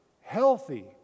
healthy